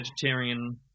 vegetarian